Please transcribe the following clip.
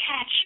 Catch